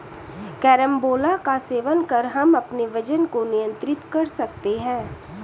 carambola का सेवन कर हम अपने वजन को नियंत्रित कर सकते हैं